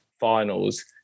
finals